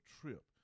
trip